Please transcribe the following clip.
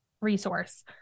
resource